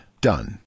Done